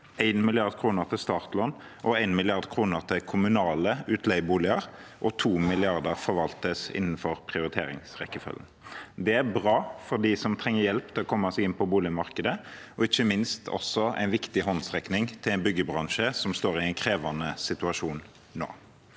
1 mrd. kr til startlån og 1 mrd. kr til kommunale utleieboliger, og 2 mrd. kr forvaltes innen for prioriteringsrekkefølgen. Det er bra for dem som trenger hjelp til å komme seg inn på boligmarkedet, og ikke minst også en viktig håndsrekning til en byggebransje som nå står i en krevende situasjon.